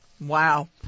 Wow